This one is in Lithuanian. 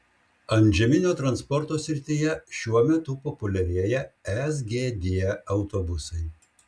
antžeminio transporto srityje šiuo metu populiarėja sgd autobusai